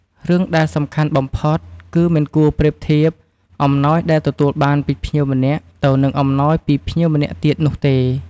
រឿងដែលសំខាន់បំផុតគឺ មិនគួរប្រៀបធៀប អំណោយដែលទទួលបានពីភ្ញៀវម្នាក់ទៅនឹងអំណោយពីភ្ញៀវម្នាក់ទៀតនោះទេ។